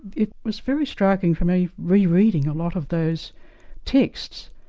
it was very striking for me re-reading a lot of those texts.